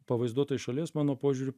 pavaizduota iš šalies mano požiūriu